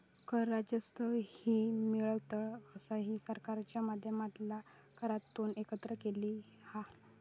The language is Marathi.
कर राजस्व ती मिळकत असा जी सरकारच्या माध्यमातना करांतून एकत्र केलेली हा